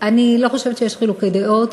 אני לא חושבת שיש חילוקי דעות.